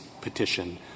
petition